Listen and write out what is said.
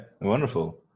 wonderful